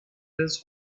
his